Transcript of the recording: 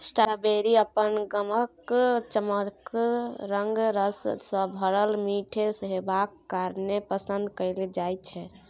strawberry अपन गमक, चकमक रंग, रस सँ भरल मीठ हेबाक कारणेँ पसंद कएल जाइ छै